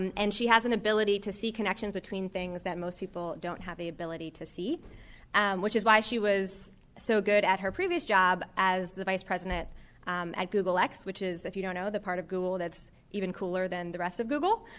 and and she has an ability to see connections between things that most people don't have the ability to see which is why she was so good at her previous job as the vice president at google x which if you don't know is the part of google that's even cooler than the rest of google.